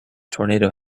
tornado